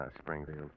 Springfield